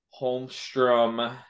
Holmstrom